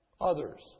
others